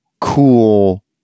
cool